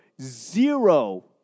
zero